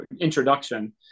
introduction